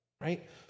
right